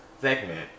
segment